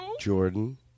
Jordan